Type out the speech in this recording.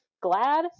glad